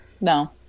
No